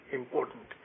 important